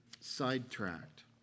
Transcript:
sidetracked